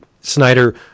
Snyder